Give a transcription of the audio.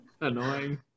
annoying